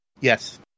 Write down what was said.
yes